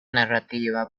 narrativa